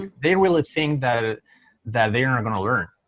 they really think that ah that they're not going to learn,